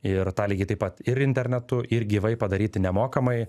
ir tą lygiai taip pat ir internetu ir gyvai padaryti nemokamai